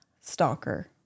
stalker